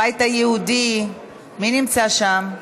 הבית היהודי, מי נמצא שם?